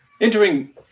Entering